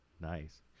Nice